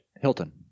Hilton